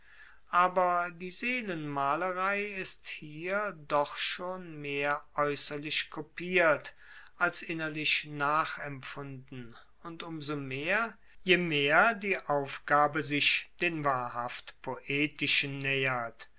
aber die seelenmalerei ist hier doch schon mehr aeusserlich kopiert als innerlich nachempfunden und um so mehr je mehr die aufgabe sich den wahrhaft poetischen naehert